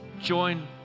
join